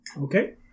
okay